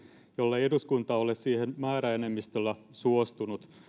jollei eduskunta ole siihen määräenemmistöllä suostunut